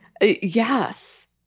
Yes